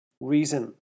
reason